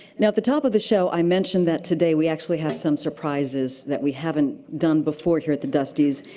now at the top of the show, i mentioned that today we actually have some surprises that we haven't done before here at the dustys,